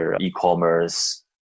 e-commerce